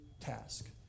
task